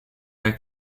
for